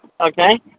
Okay